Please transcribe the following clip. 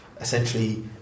essentially